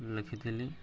ଲେଖିଥିଲି